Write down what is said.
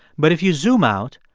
but if you zoom out,